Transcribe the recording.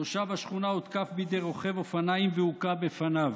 תושב השכונה הותקף בידי רוכב אופניים והוכה בפניו.